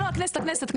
לא לא הכנסת הכנסת?